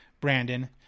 Brandon